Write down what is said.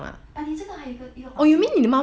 but 你这个还有一个一个房间